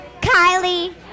Kylie